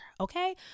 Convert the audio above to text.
Okay